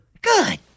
Good